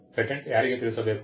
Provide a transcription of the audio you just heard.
patent ಯಾರಿಗೆ ತಿಳಿಸಬೇಕು